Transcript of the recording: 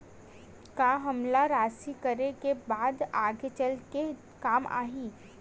का हमला राशि करे के बाद आगे चल के काम आही?